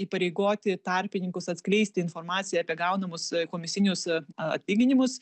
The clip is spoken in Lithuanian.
įpareigoti tarpininkus atskleisti informaciją apie gaunamus komisinius atlyginimus